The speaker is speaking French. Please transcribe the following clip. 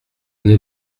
n’est